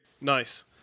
Nice